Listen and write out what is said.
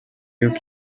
y’uko